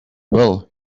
well